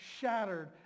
shattered